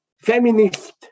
feminist